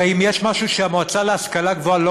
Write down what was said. הרי אם יש משהו שהמועצה להשכלה גבוהה לא